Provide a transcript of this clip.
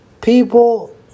People